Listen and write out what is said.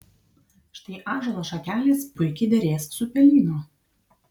štai ąžuolo šakelės puikiai derės su pelyno